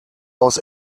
aus